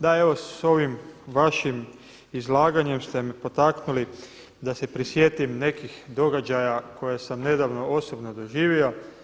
Da evo sa ovim vašim izlaganjem ste me potaknuli da se prisjetim nekih događaja koje sam nedavno osobno doživio.